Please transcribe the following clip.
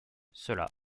cela